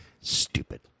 Stupid